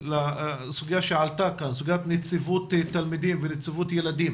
בסוגיית נציבות התלמידים ונציבות ילדים,